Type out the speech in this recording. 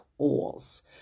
oils